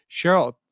Cheryl